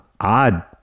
odd